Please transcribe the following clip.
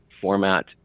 format